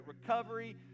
Recovery